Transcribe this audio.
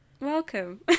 welcome